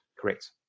Correct